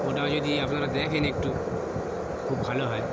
ওটাও যদি আপনারা দেখেন একটু খুব ভালো হয়